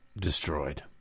destroyed